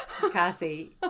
Cassie